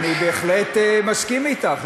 לא, אני בהחלט מסכים אתך.